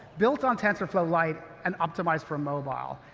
built on tensorflow lite and optimized for mobile.